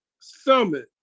Summit